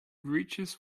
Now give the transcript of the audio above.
reaches